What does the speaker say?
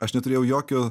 aš neturėjau jokio